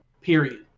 Period